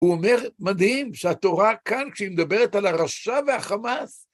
הוא אומר, מדהים, שהתורה כאן, כשהיא מדברת על הרשע והחמאס,